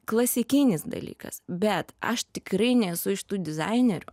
klasikinis dalykas bet aš tikrai nesu iš tų dizainerių